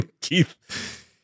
Keith